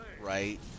right